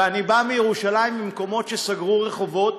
ואני בא מירושלים, ממקומות שסגרו רחובות,